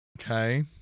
Okay